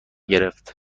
گرفت